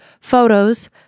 photos